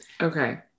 Okay